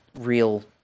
real